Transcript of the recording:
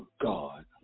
God